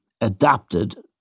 adapted